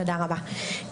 תודה רבה.